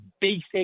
basic